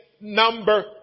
number